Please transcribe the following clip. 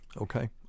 okay